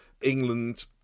England